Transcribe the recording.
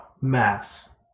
Mass